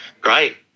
great